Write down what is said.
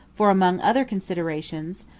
for, among other considerations,